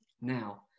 Now